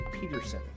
Peterson